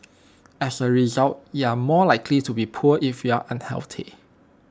as A result you are more likely be poor if you are unhealthy